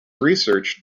research